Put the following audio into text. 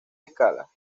escalas